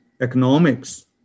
economics